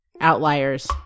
outliers